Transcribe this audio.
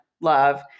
love